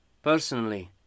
Personally